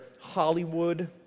Hollywood